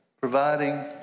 providing